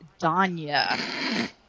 Danya